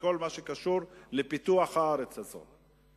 כל מה שקשור לפיתוח הארץ הזאת.